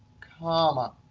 comma.